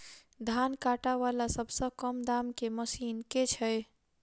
धान काटा वला सबसँ कम दाम केँ मशीन केँ छैय?